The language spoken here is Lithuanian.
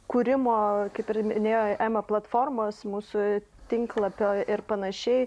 kūrimo kaip ir minėjo ema platformos mūsų tinklapio ir panašiai